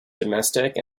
domestic